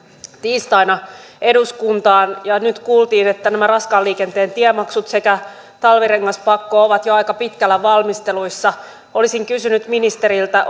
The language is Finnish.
tiistaina eduskuntaan ja nyt kuultiin että nämä raskaan liikenteen tiemaksut sekä talvirengaspakko ovat jo aika pitkällä valmisteluissa olisin kysynyt ministeriltä